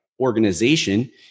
organization